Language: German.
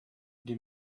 die